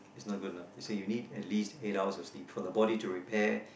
is not good enough it say you need at least eight hours of sleep for the body to repair